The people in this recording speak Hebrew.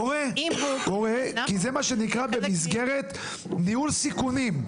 קורה, כי זה מה שנקרא במסגרת ניהול סיכונים.